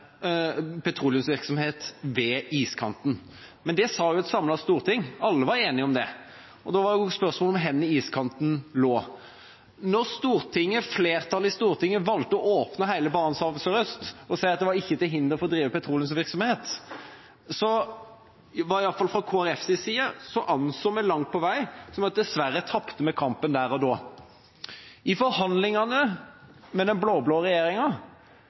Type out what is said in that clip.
petroleumsvirksomhet ved iskanten. Men det sa jo et samlet storting, alle var enige om det, og da var jo spørsmålet hvor iskanten lå. Da flertallet i Stortinget valgte å åpne hele Barentshavet sørøst og si at det ikke var til hinder for å drive petroleumsvirksomhet, anså Kristelig Folkeparti det langt på vei slik at vi dessverre tapte kampen der og da. I forhandlingene med den blå-blå regjeringa